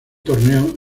torneo